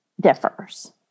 differs